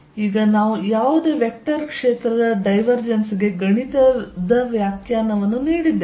ಆದ್ದರಿಂದ ಈಗ ನಾವು ಯಾವುದೇ ವೆಕ್ಟರ್ ಕ್ಷೇತ್ರದ ಡೈವರ್ಜೆನ್ಸ್ ಗೆ ಗಣಿತದ ವ್ಯಾಖ್ಯಾನವನ್ನು ನೀಡಿದ್ದೇವೆ